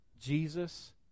Jesus